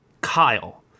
Kyle